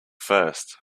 first